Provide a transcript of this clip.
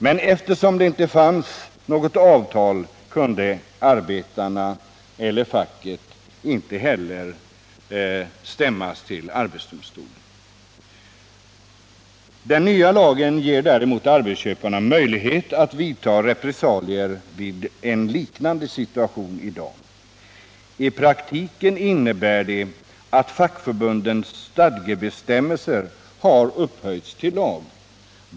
Men eftersom det inte fanns något avtal, kunde inte arbetarna och inte heller facket stämmas inför arbetsdomstolen. Den nya lagen ger däremot arbetsköparna möjlighet att vidta repressalier vid en liknande situation i dag. I praktiken innebär det att fackförbundens stadgebestämmelser har upphöjts till lag.